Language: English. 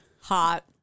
Hot